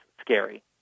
scary